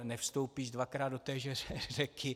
Nevstoupíš dvakrát do téže řeky.